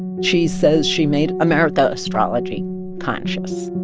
and she says she made america astrology conscious